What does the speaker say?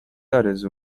آرزو